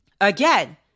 again